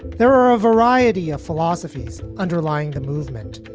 there are a variety of philosophies underlying the movement.